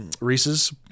Reese's